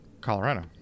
Colorado